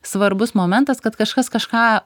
svarbus momentas kad kažkas kažką